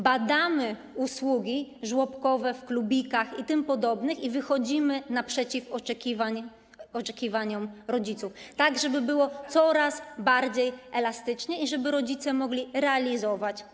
Badamy usługi żłobkowe, w klubikach itp. i wychodzimy naprzeciw oczekiwaniom rodziców, tak żeby było coraz bardziej elastycznie i żeby rodzice mogli się realizować.